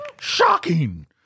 Shocking